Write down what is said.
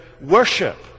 worship